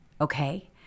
Okay